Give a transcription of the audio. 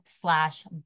slash